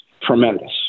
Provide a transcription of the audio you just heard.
tremendous